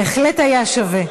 בהחלט היה שווה.